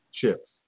chips